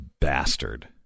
bastard